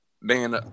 man